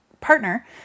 partner